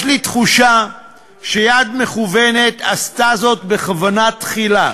יש לי תחושה שיד מכוונת עשתה זאת בכוונה תחילה,